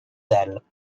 dalles